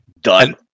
done